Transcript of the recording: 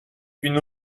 une